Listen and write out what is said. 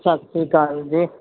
ਸਤਿ ਸ਼੍ਰੀ ਅਕਾਲ ਜੀ